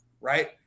right